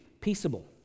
peaceable